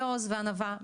בעוז וענווה,